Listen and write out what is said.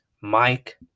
Mike